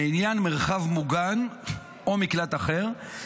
לעניין מרחב מוגן או מקלט אחר.